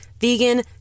vegan